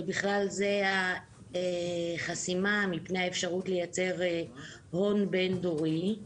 ובכלל זה החסימה מפני האפשרות לייצר הון בין דורי.